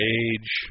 age